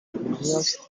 armenios